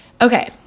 Okay